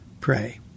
pray